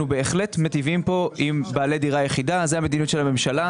אנחנו בהחלט מיטיבים פה עם בעלי דירה יחידה; זוהי המדיניות של הממשלה.